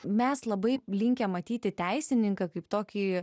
mes labai linkę matyti teisininką kaip tokį